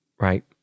Right